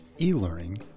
e-learning